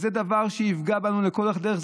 זה דבר שיפגע בנו לאורך כל הדרך.